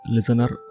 Listener